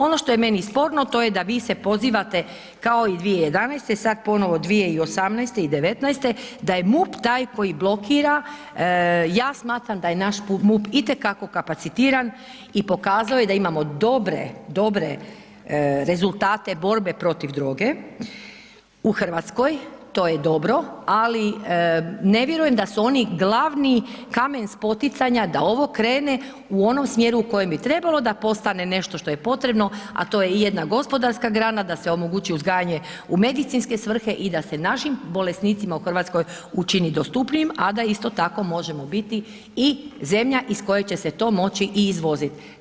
Ono što je meni sporno to je da vi se pozivate kao i 2011., sad ponovo 2018. i 2019. da je MUP tak koji blokira, ja smatram da je naš MUP i te kako kapacitiran i pokazao je da imamo dobre, dobre rezultate protiv droge u Hrvatskoj, to je dobro, ali ne vjerujem da su oni glavni kamen spoticanja da ovo krene u onom smjeru u kojem bi trebalo, da postane nešto što je potrebno, a to je i jedna gospodarska grana da se omogući uzgajanje u medicinske svrhe i da se našim bolesnicima u Hrvatskoj učini dostupnijim, a da isto tako možemo biti i zemlja iz koje će se to moći i izvozit.